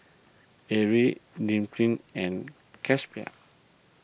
Ari and